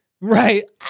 Right